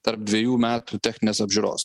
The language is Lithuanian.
tarp dvejų metų techninės apžiūros